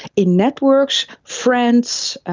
in networks, friends,